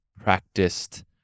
practiced